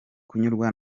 kunyurwa